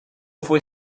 fue